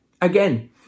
Again